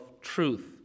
truth